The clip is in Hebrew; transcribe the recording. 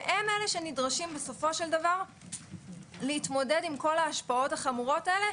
והן אלה שנדרשים בסופו של דבר להתמודד עם כל ההשפעות החמורות האלה,